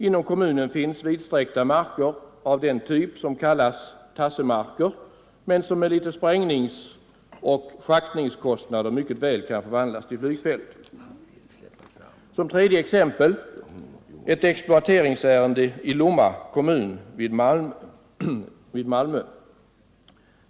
Inom kommunen finns vidsträckta marker av den typ som brukar kallas ”tasse marker” men som med litet sprängningsoch schaktningskostnader Nr 137 mycket väl kan förvandlas till flygfält. Fredagen den Som tredje exempel tar jag ett exploateringsärende i Lomma kommun 6 december 1974 vid Malmö.